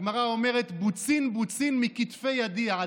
הגמרא אומרת: "בוצין בוצין מקטפיה ידיע".